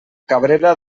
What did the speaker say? cabrera